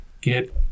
get